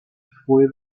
fue